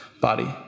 body